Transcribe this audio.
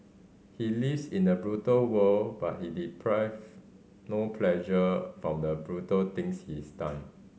he lives in a brutal world but he deprive no pleasure from the brutal things his done